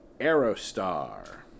Aerostar